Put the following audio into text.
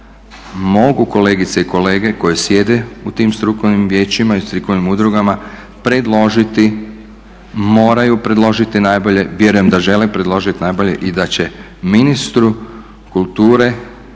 mogu kolegice i kolege koje sjede u tim strukovnim vijećima i strukovnim udrugama predložiti, moraju predložiti najbolje , vjerujem da žele predložiti najbolje i da će ministru kulture